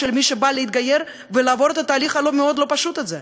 מי שבא להתגייר ולעבור את התהליך המאוד-לא-פשוט הזה.